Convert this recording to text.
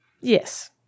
yes